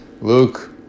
Luke